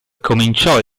cominciò